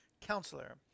counselor